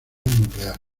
nuclear